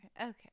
Okay